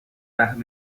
وقت